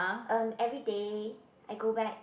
um everyday I go back